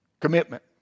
commitment